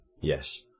Yes